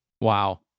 wow